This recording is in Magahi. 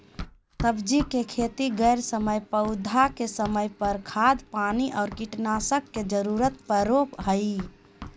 सब्जी के खेती करै समय पौधा के समय पर, खाद पानी और कीटनाशक के जरूरत परो हइ